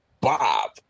Bob